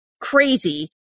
crazy